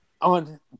on